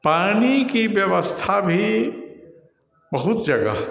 पानी की व्यवस्था भी बहुत जगह